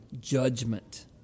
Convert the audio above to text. judgment